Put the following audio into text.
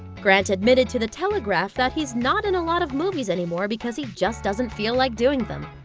grant admitted to the telegraph that he's not in a lot of movies anymore because he just doesn't feel like doing them.